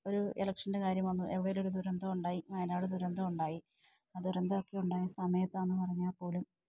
ഒരു ഇലക്ഷൻ്റെ കാര്യം വന്നു എവിടേലുമൊരു ദുരന്തമുണ്ടായി വയനാട് ദുരന്തം ഒണ്ടായി ആ ദുരന്തമൊക്കെ ഉണ്ടായ സമയത്താണെന്നു പറഞ്ഞാല്പ്പോലും